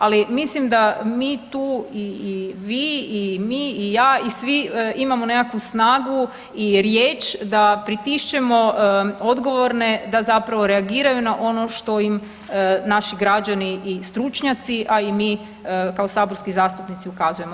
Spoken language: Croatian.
Ali mislim da mi tu i vi, i mi, i ja i svi imamo nekakvu snagu i riječ da pritišćemo odgovorne da zapravo reagiraju na ono što im naši građani, i stručnjaci, a i mi kao saborski zastupnici ukazujemo.